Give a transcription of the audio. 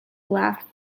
laughed